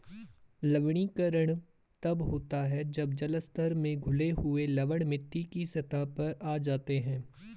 लवणीकरण तब होता है जब जल स्तरों में घुले हुए लवण मिट्टी की सतह पर आ जाते है